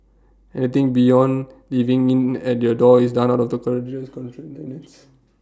anything beyond leaving in at your door is done out of the courier's country kindness